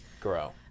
grow